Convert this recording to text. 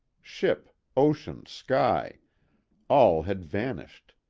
ship, ocean, sky all had vanished.